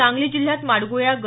सांगली जिल्ह्यात माडगुळे या ग